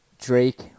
Drake